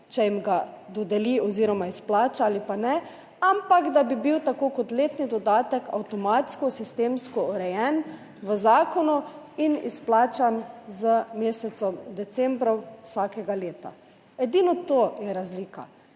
če jim ga dodeli oziroma izplača ali pa ne, ampak da bi bil tako kot letni dodatek avtomatsko sistemsko urejen v zakonu in izplačan z mesecem decembrom vsakega leta. Edino to je razlika.